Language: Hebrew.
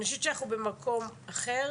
אני חושבת שאנחנו במקום אחר